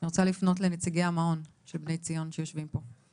אני רוצה לפנות לנציגי המעון של "בני ציון" שיושבים פה.